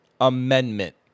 amendment